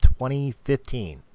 2015